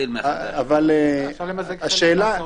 בסדר,